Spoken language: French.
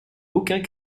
aucun